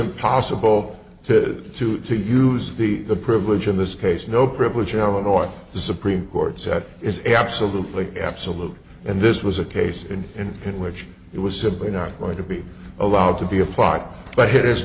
impossible to to to use the the privilege in this case no privilege challenge on the supreme court said is absolutely absolutely and this was a case in which it was simply not going to be allowed to be applied but it